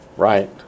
right